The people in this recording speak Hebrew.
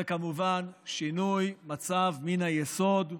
זה, כמובן, שינוי מצב מן היסוד.